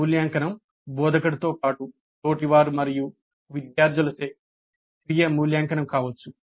మూల్యాంకనం బోధకుడితో పాటు తోటివారు మరియు విద్యార్థులచే స్వీయ మూల్యాంకనం కావచ్చు